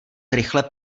rychle